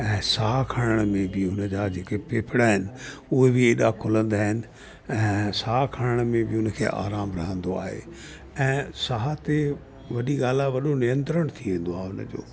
ऐं साह खणणु जी बि हुनजा जेके फेफेड़ा आहिनि उहे बि एॾा खुलंदा आहिनि ऐं साह खणणु में बि हुनखे आरामु रहंदो आहे ऐं साह ते वॾी ॻाल्हि आहे वॾो नियंत्रण थी वेंदो आहे हुनजो